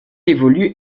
évolue